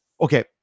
okay